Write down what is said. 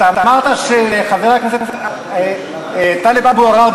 אתה אמרת שחבר הכנסת טלב אבו עראר,